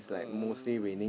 uh